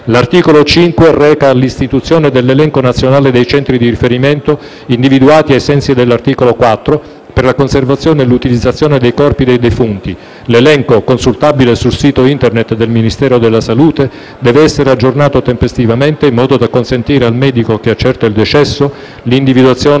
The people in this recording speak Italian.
Ministero della salute l'Elenco nazionale dei centri di riferimento individuati ai sensi dell'articolo 4 per la conservazione e l'utilizzazione dei corpi dei defunti. 2. L'Elenco, consultabile sul sito *internet* del Ministero della salute, è aggiornato tempestivamente in modo da consentire al medico che accerta il decesso l'individuazione